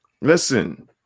Listen